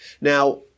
Now